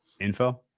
info